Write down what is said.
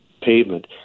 pavement